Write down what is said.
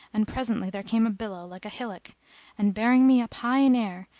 and presently there came a billow like a hillock and, bearing me up high in air,